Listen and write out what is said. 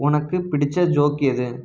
உனக்கு பிடித்த ஜோக் எது